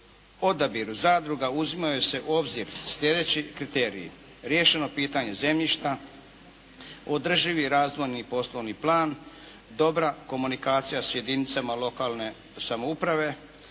odabiru zadruga uzimaju se u obzir sljedeći kriteriji: riješeno pitanje zemljišta, održivi razvojni i poslovni plan, dobra komunikacija s jedinicama lokalne samouprave,